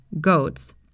goats